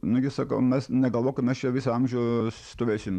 nu gi sako mes negalvok kad mes čia visą amžių stovėsim